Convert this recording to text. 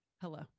Hello